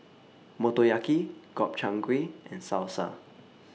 Motoyaki Gobchang Gui and Salsa